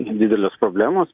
didelės problemos